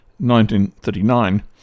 1939